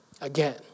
again